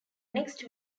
next